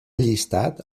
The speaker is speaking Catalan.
allistat